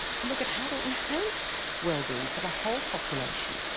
to look at how to enhance wellbeing for the whole population.